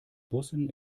bussen